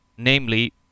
Namely